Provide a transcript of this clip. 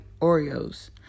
Oreos